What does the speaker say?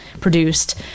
produced